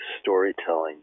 storytelling